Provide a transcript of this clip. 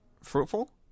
fruitful